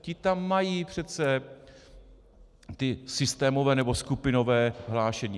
Ti tam mají přece ta systémová nebo skupinová hlášení.